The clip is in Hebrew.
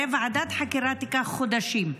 הרי ועדת חקירת תיקח חודשים,